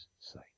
sight